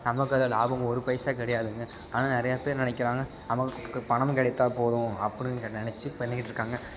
நமக்கு அது லாபமும் ஒரு பைசா கிடையாதுங்க ஆனால் நிறையா பேர் நினைக்குறாங்க நமக்கு பணம் கிடைத்தா போதும் அப்படிங்குறத நினச்சி பண்ணிக்கிட்டிருக்காங்க